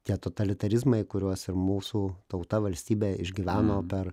tie totalitarizmai kuriuos ir mūsų tauta valstybė išgyveno per